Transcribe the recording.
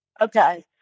Okay